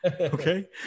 Okay